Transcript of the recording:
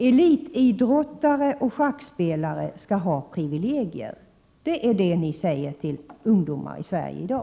Elitidrottare och schackspelare skall ha privilegier — det är detta ni säger till ungdomarna i Sverige i dag.